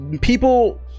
people